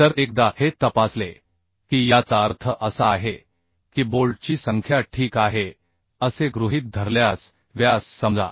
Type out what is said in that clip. तर एकदा हे तपासले की याचा अर्थ असा आहे की बोल्टची संख्या ठीक आहे असे गृहीत धरल्यास व्यास समजा